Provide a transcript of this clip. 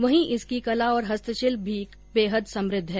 वहीं इसकी कला और हस्तशिल्प भी बेहद समुद्ध है